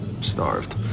Starved